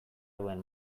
duen